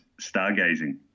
stargazing